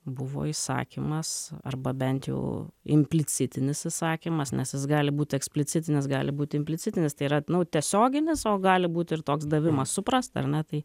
buvo įsakymas arba bent jau implicitinis įsakymas nes jis gali būt eksplicitinis gali būt implicitinis tai yra nu tiesioginis o gali būt ir toks davimas suprast ar ne tai